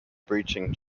breaching